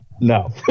No